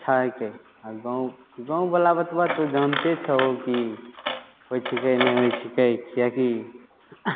अच्छा हैके आओर गाँव गाँववला बतबा तऽ जानते छहो कि होइ छै कहीं नहि होइ छै कहीं किएक कि